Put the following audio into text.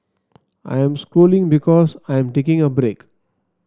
I am scrolling because I am taking a break